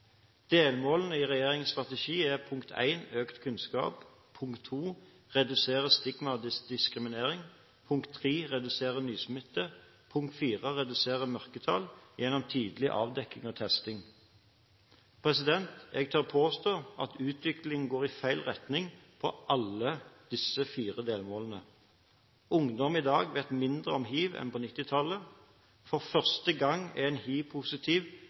Delmålene i regjeringens strategi er: øke kunnskap redusere stigma og diskriminering redusere nysmitte redusere mørketall gjennom tidlig avdekking og testing Jeg tør påstå at utviklingen går i feil retning på alle disse fire delmålene. Ungdom i dag vet mindre om hiv enn på 1990-tallet. For første gang er en